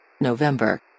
November